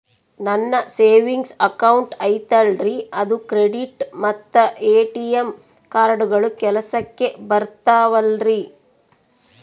ನನ್ನ savings account ಐತಲ್ರೇ ಅದು ಕ್ರೆಡಿಟ್ ಮತ್ತ ಎ.ಟಿ.ಎಂ ಕಾರ್ಡುಗಳು ಕೆಲಸಕ್ಕೆ ಬರುತ್ತಾವಲ್ರಿ?